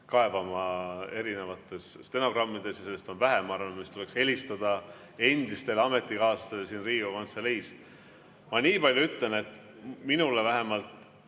kaevama erinevates stenogrammides, ja sellest on vähe, ma arvan, et siis tuleks helistada endistele ametikaaslastele Riigikogu Kantseleis. Ma niipalju ütlen, et minule vähemalt